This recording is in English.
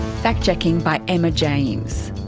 fact checking by emma james.